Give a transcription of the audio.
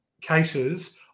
cases